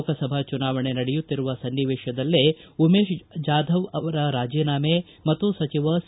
ಲೋಕಸಭಾ ಚುನಾವಣೆ ನಡೆಯುತ್ತಿರುವ ಸ್ನಾವೇಶದಲ್ಲೇ ಉಮೇಶ್ ಜಾಧವ್ ಅವರ ರಾಜೀನಾಮೆ ಮತ್ತು ಸಚಿವ ಸಿ